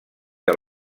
que